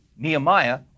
Nehemiah